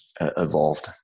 evolved